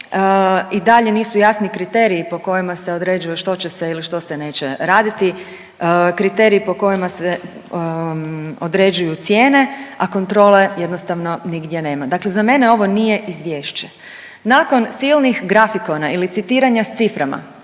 i dalje nisu jasni kriteriji po kojima se određuje što će se ili što se neće raditi, kriteriji po kojima se određuju cijene, a kontrole jednostavno nigdje nema, dakle za mene ovo nije izvješće. Nakon silnih grafikona ili citiranja s ciframa